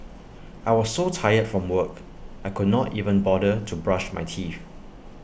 I was so tired from work I could not even bother to brush my teeth